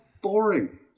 boring